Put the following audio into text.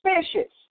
suspicious